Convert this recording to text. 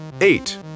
Eight